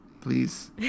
please